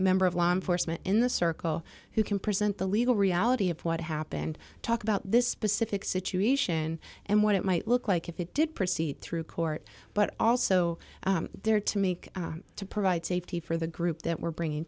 member of law enforcement in the circle who can present the legal reality of what happened talk about this specific situation and what it might look like if it did proceed through court but also there to make to provide safety for the group that we're bringing